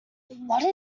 what